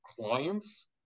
clients